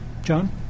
John